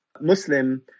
Muslim